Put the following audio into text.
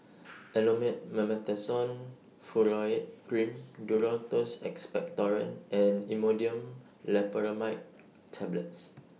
Elomet Mometasone Furoate Cream Duro Tuss Expectorant and Imodium Loperamide Tablets